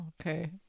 okay